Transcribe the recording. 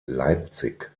leipzig